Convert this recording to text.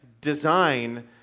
design